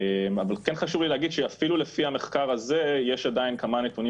אבל כן חשוב לי להגיד שאפילו לפי המחקר הזה יש עדיין כמה נתונים